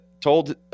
told